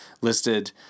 listed